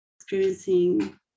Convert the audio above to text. experiencing